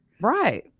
Right